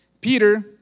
Peter